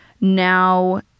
Now